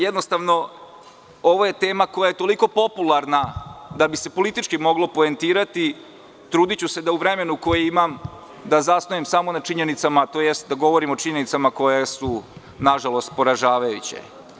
Jednostavno, ovo je tema koja je toliko popularna da bi se politički moglo poentirati, pa ću se truditi da u vremenu koje imam zasnujem samo na činjenicama, tj. da govorim o činjenicama koje su nažalost poražavajuće.